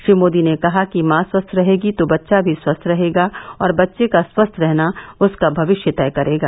श्री मोदी ने कहा मां स्वस्थ रहेगी तो बच्चा भी स्वस्थ रहेगा और बच्चे का स्वस्थ रहना उसका भविष्य तय करेगा